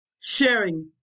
sharing